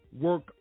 work